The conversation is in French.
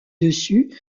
dessus